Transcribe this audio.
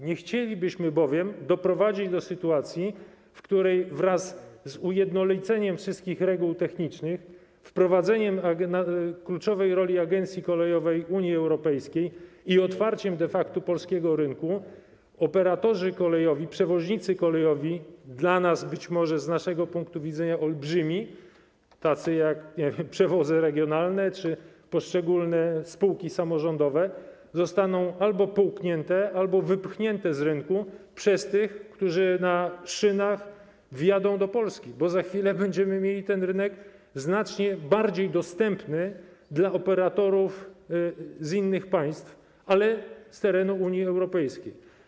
Nie chcielibyśmy bowiem doprowadzić do sytuacji, w której wraz z ujednoliceniem wszystkich reguł technicznych, wprowadzeniem kluczowej roli Agencji Kolejowej Unii Europejskiej i de facto otwarciem polskiego rynku operatorzy kolejowi, przewoźnicy kolejowi z naszego punktu widzenia olbrzymi, tacy jak Przewozy Regionalne czy poszczególne spółki samorządowe, zostaną albo połknięci, albo wypchnięci z rynku przez tych, którzy na szynach wjadą do Polski, bo za chwilę będziemy mieli ten rynek znacznie bardziej dostępny dla operatorów z innych państw, ale z terenów Unii Europejskiej.